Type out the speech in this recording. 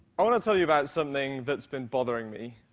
i want to tell you about something that's been bothering me,